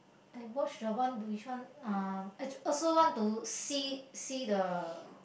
I watch the one the which one um actually also want to see see the